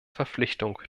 verpflichtung